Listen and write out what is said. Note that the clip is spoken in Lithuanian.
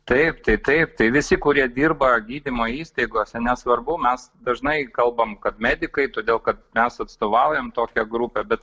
taip tai taip tai visi kurie dirba gydymo įstaigose nesvarbu mes dažnai kalbam kad medikai todėl kad mes atstovaujam tokią grupę bet